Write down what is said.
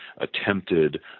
attempted